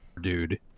dude